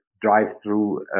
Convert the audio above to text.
drive-through